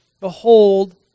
Behold